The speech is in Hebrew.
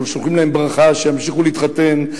אנחנו שולחים להם ברכה שימשיכו להתחתן,